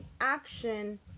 action